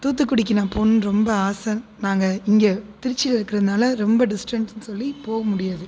தூத்துக்குடிக்கு நான் போகணும்னு ரொம்ப ஆசை நாங்கள் இங்கே திருச்சியில் இருக்கிறதுனால ரொம்ப டிஸ்டன்ஸ்ன்னு சொல்லி போக முடியாது